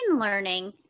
learning